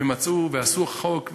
ומצאו ועשו חוק,